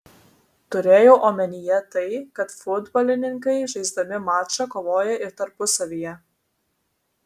turėjau omenyje tai kad futbolininkai žaisdami mačą kovoja ir tarpusavyje